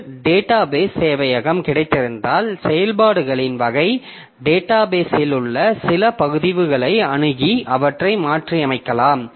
ஒரு டேட்டாபேஸ் சேவையகம் கிடைத்திருந்தால் செயல்பாடுகளின் வகை டேட்டாபேஸ் இல் உள்ள சில பதிவுகளை அணுகி அவற்றை மாற்றியமைக்கலாம்